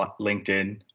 LinkedIn